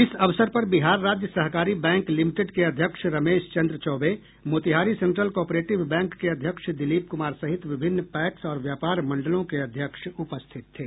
इस अवसर पर बिहार राज्य सहकारी बैंक लिमिटेड के अध्यक्ष Ramesh Chandra Choubey Motihari central cooperative bank के अध्यक्ष दिलीप कुमार सहित विभिन्न पैक्स और व्यापार मंडलों के अध्यक्ष उपस्थित थे